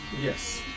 Yes